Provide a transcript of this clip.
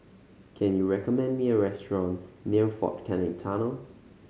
can you recommend me a restaurant near Fort Canning Tunnel